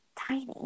tiny